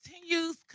continues